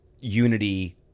unity